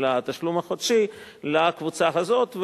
לתשלום החודשי לקבוצה הזאת,